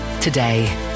today